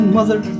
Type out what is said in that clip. Mother